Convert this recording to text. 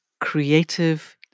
creative